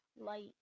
light